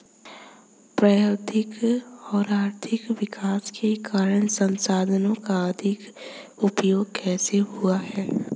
प्रौद्योगिक और आर्थिक विकास के कारण संसाधानों का अधिक उपभोग कैसे हुआ है?